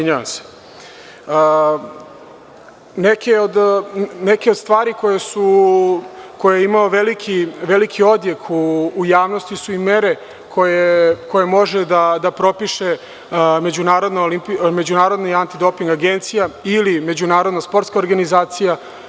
Neke stvari koje imaju veliki odjek u javnosti su i mere koje može da propiše Međunarodna antidoping agencija ili međunarodna sportska organizacija.